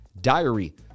diary